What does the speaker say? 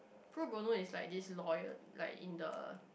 Pro-bono is like this lawyer like in the